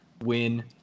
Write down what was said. win